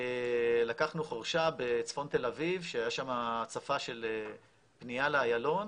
לקחנו חורשה בצפון תל אביב שהיה שם הצפה של פנייה לאיילון,